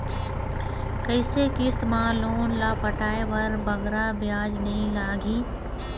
कइसे किस्त मा लोन ला पटाए बर बगरा ब्याज नहीं लगही?